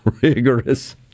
rigorous